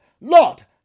lord